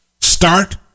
start